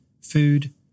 food